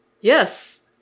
Yes